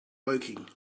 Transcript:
woking